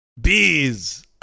Bees